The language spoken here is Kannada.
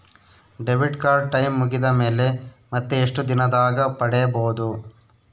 ಡೆಬಿಟ್ ಕಾರ್ಡ್ ಟೈಂ ಮುಗಿದ ಮೇಲೆ ಮತ್ತೆ ಎಷ್ಟು ದಿನದಾಗ ಪಡೇಬೋದು?